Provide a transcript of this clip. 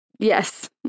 Yes